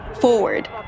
forward